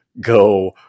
go